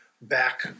back